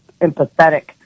empathetic